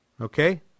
Okay